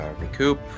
recoup